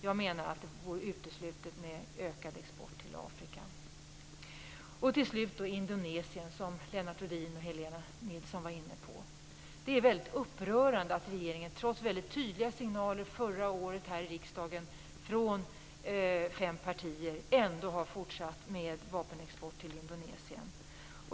Jag menar att det är uteslutet med ökad export till Afrika. Till slut vill jag ta upp Indonesien, som Lennart Rohdin och Helena Nilsson var inne på. Det är upprörande att regeringen trots väldigt tydliga signaler från fem partier här i riksdagen förra året ändå har fortsatt med vapenexport till Indonesien.